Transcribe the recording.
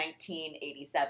1987